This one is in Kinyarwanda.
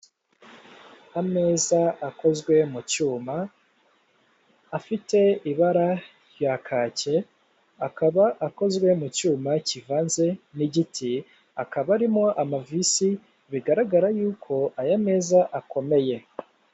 Ameza akozwe mu cyuma afite ibara rya kake akaba akozwe mu cyuma kivanze n'igiti, akaba arimo amavisi bigaragara yuko aya meza akomeye.